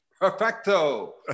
perfecto